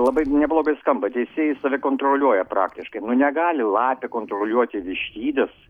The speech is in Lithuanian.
labai neblogai skamba teisėjai save kontroliuoja praktiškai nu negali lapė kontroliuoti vištidės